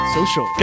Social